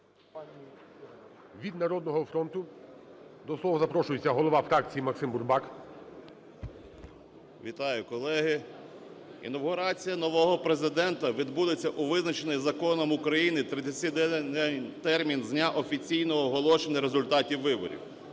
Вітаю, колеги! Інавгурація нового Президента відбудеться у визначений законом України 30-денний термін з дня офіційного оголошення результатів виборів.